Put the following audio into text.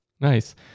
Nice